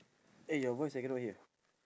eh your voice I cannot hear